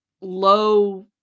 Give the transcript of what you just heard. low